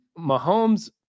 Mahomes